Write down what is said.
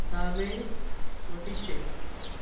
दावे वटेचें